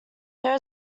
there